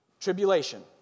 Tribulation